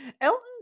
elton